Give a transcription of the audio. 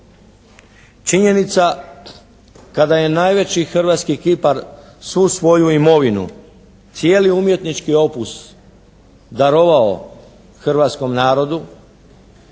Činjenica kada je najveći hrvatski kipar svu svoju imovinu, cijeli umjetnički opus darovao hrvatskom narodu